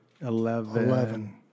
Eleven